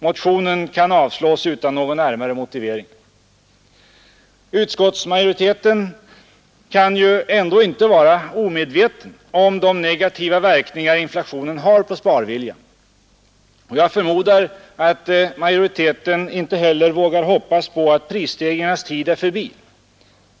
Motionen kan avslås utan någon närmare motivering. Utskottsmajoriteten kan ju ändå inte vara omedveten om de negativa verkningar inflationen har på sparviljan. Jag förmodar att majoriteten inte heller vågar hoppas på att prisstegringarnas tid är förbi.